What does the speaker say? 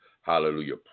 hallelujah